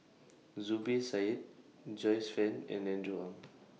Zubir Said Joyce fan and Andrew Ang